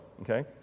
okay